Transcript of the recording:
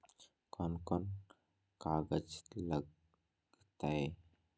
कौन कौन कागज लग तय?